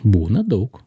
būna daug